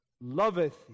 loveth